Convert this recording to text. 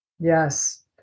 Yes